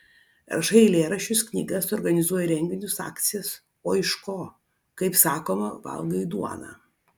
rašai eilėraščius knygas organizuoji renginius akcijas o iš ko kaip sakoma valgai duoną